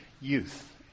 youth